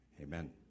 Amen